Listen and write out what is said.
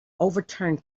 overturned